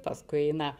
paskui eina